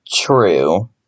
true